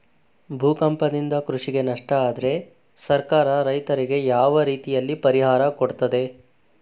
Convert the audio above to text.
ಭೂಕಂಪದಿಂದ ಕೃಷಿಗೆ ನಷ್ಟ ಆದ್ರೆ ಸರ್ಕಾರ ರೈತರಿಗೆ ಯಾವ ರೀತಿಯಲ್ಲಿ ಪರಿಹಾರ ಕೊಡ್ತದೆ?